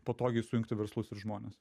patogiai sujungti verslus ir žmones